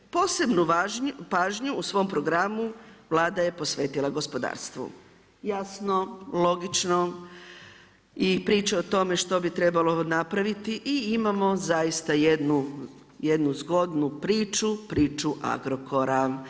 Posebnu pažnju u svom programu Vlada je posvetila gospodarstvu, jasno, logično i priča o tome što bi trebalo napraviti i imamo zaista jednu zgodnu priču, priču Agrokora.